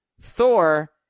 Thor